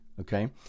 Okay